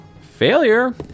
failure